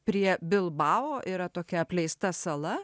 prie bilbao yra tokia apleista sala